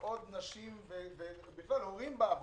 עוד הורים בעבודה.